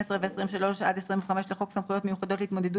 12 ו-23 עד 25 לחוק סמכויות מיוחדות